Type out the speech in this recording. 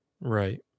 Right